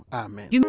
amen